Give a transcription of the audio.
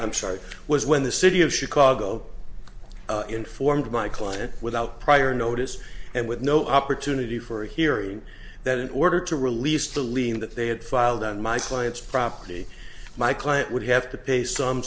i'm sorry was when the city of chicago informed my client without prior notice and with no opportunity for a hearing that in order to release the lien that they had filed on my client's property my client would have to pay some